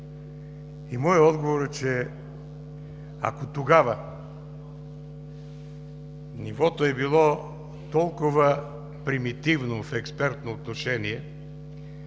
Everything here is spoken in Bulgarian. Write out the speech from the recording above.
Моят отговор е, че, ако тогава нивото е било толкова примитивно в експертно отношение